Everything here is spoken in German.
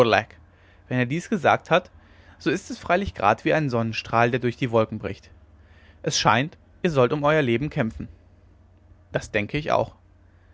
wenn er dies gesagt hat so ist es freilich grad wie ein sonnenstrahl der durch die wolken bricht es scheint ihr sollt um euer leben kämpfen das denke ich auch